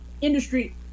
industry